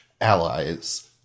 allies